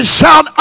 shout